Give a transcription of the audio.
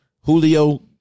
Julio